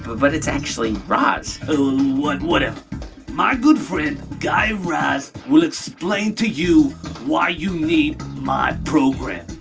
but it's actually raz whatever. my good friend guy raz will explain to you why you need my program.